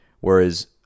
whereas